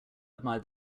admired